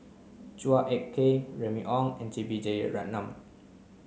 Chua Ek Kay Remy Ong and J B Jeyaretnam